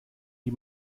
wie